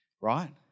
right